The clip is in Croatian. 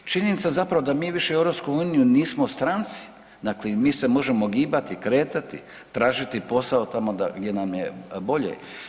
Činjenica je zapravo da mi više u EU nismo stranci, dakle i mi se možemo gibati, kretati, tražiti posao tamo gdje nam je bolje.